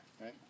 right